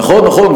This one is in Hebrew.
נכון, נכון.